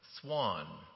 swan